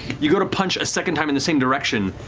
you go to punch a second time in the same direction,